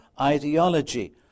ideology